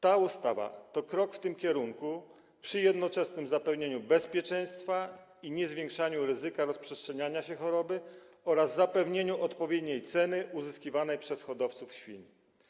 Ta ustawa to krok w tym kierunku przy jednoczesnym zapewnieniu bezpieczeństwa i niezwiększaniu ryzyka rozprzestrzeniania się choroby oraz zapewnieniu odpowiedniej ceny uzyskiwanej przez hodowców świń.